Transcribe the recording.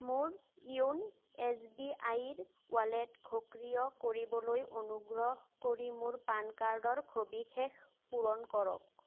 মোৰ YONO S B আইৰ wallet সক্ৰিয় কৰিবলৈ অনুগ্ৰহ কৰি মোৰ পান কাৰ্ডৰ সবিশেষ পূৰণ কৰক